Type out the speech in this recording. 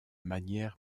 manière